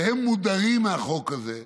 והם מודרים מהחוק הזה.